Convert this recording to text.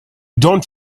dont